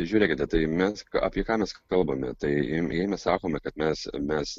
žiūrėkite tai mes apie ką mes kalbame tai jei mes sakome kad mes mes